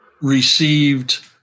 received